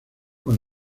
con